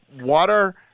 water